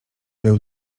był